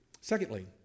Secondly